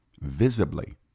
visibly